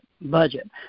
budget